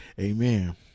amen